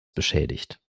beschädigt